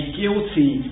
guilty